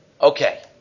okay